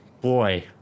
Boy